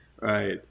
Right